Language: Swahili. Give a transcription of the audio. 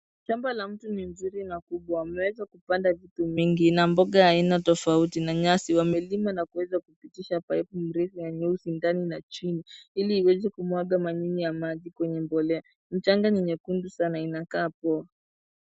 Shamba la mtu ni nzuri na kubwa, ameweza kupanda vitu mingi na mboga ya aina tofauti na nyasi. Wamelima na kuweza kupitisha paipu mrefu na nyeusi ndani na chini ili iweze kumwaga manyunyu ya maji kwenye mbolea. Mchanga ni nyekundu sana inakaa poa.